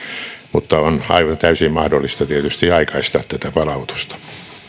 mutta aivan täysin mahdollista on tietysti aikaistaa tätä palautusta